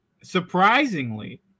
Surprisingly